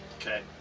Okay